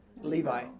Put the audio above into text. levi